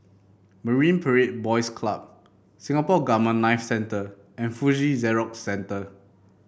Marine Parade Boys Club Singapore Gamma Knife Centre and Fuji Xerox Centre